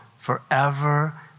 forever